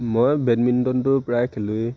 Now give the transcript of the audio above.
মই বেডমিণ্টনটো প্ৰায় খেলোৱেই